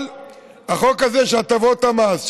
אבל החוק הזה של הטבות המס,